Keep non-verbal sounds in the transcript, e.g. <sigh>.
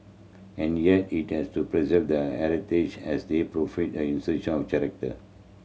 and yet it has to preserve the heritage as they provide an <unintelligible> of character